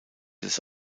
des